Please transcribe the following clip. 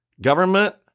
government